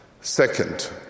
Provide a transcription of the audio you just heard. Second